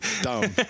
dumb